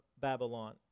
Babylon